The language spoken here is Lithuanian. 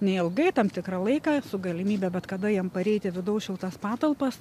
neilgai tam tikrą laiką su galimybe bet kada jiem pareit į vidaus šiltas patalpas